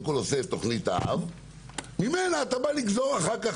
כל עושה תכנית אב וממנה אתה בא לגזור כל מיני